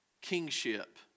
kingship